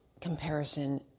comparison